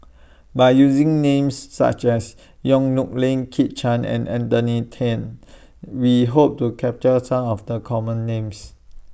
By using Names such as Yong Nyuk Lin Kit Chan and Anthony Then We Hope to capture Some of The Common Names